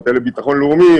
המטה לביטחון לאומי,